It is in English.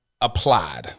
applied